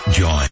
join